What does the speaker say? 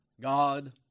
God